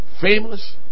Famous